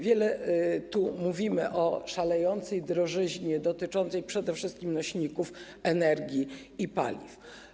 Wiele tu mówimy o szalejącej drożyźnie dotyczącej przede wszystkim nośników energii i paliw.